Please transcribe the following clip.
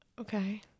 Okay